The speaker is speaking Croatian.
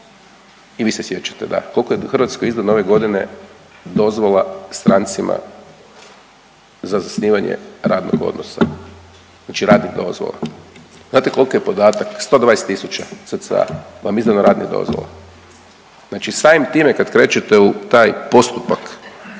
i vi se sjećate, koliko je u Hrvatskoj izdano ove godine dozvola strancima za zasnivanje radnog odnosa, znači radna dozvola. Znate koliki je podatak? 120.000 cca vam je izdano radnih dozvola. Znači samim time kad krećete u taj postupak